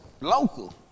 local